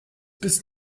bis